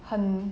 很